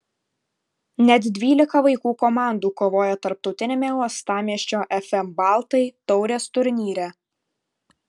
net dvylika vaikų komandų kovojo tarptautiniame uostamiesčio fm baltai taurės turnyre